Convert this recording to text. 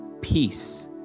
peace